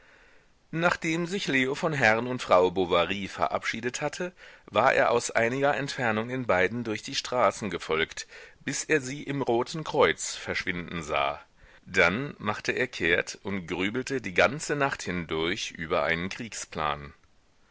nachdem sich leo von herrn und frau bovary verabschiedet hatte war er aus einiger entfernung den beiden durch die straßen gefolgt bis er sie im roten kreuz verschwinden sah dann machte er kehrt und grübelte die ganze nacht hindurch über einen kriegsplan